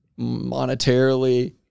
monetarily